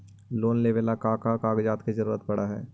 Loan लेवेला का का कागजात जरूरत पड़ हइ?